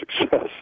success